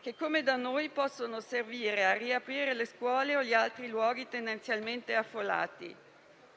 che come da noi possono servire a riaprire le scuole o gli altri luoghi tendenzialmente affollati.